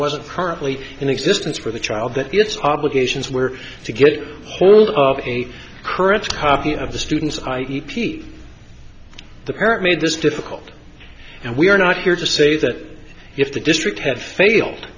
wasn't currently in existence for the child that its obligations were to get hold of a correct copy of the student's i e p the parent made this difficult and we are not here to say that if the district had failed